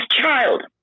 child